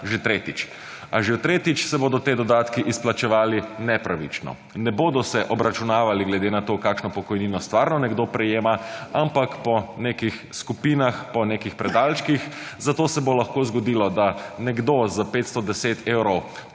že tretjič. A že tretjič se bodo ti dodatki izplačevali nepravično. Ne bodo se obračunavali glede na to kakšno pokojnino stvarno nekdo prejema, ampak po nekih skupinah, po nekih predalčkih, zato se bo lahko zgodilo, da nekdo s 510 evrov